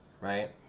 right